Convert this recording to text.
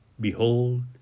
behold